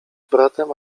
bratem